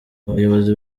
abayobozi